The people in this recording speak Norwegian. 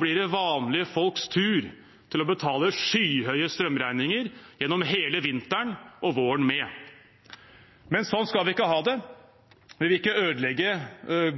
blir det vanlige folks tur til å betale skyhøye strømregninger gjennom hele vinteren og våren med. Sånn skal vi ikke ha det. Vi vil ikke ødelegge